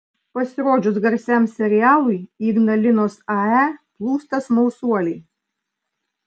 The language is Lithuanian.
pasirodžius garsiam serialui į ignalinos ae plūsta smalsuoliai